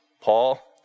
Paul